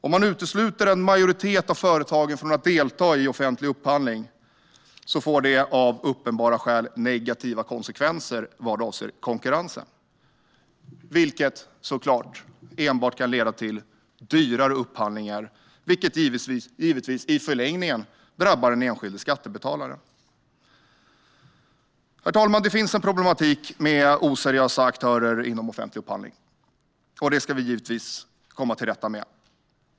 Om man utesluter en majoritet av företagen från att delta i offentlig upphandling får det av uppenbara skäl negativa konsekvenser vad avser konkurrensen. Det kan såklart enbart leda till dyrare upphandlingar, vilket i förlängningen givetvis drabbar den enskilde skattebetalaren. Herr talman! Det finns en problematik med oseriösa aktörer inom offentlig upphandling, och den ska vi givetvis komma till rätta med.